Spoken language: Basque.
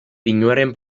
pinuaren